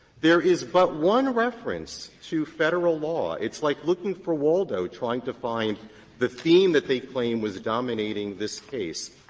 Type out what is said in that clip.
there is but one reference to federal law. it's like looking for waldo, trying to find the theme that they claim was dominating this case,